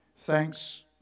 thanks